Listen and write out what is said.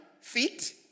feet